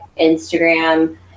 Instagram